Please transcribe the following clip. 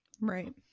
right